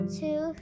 two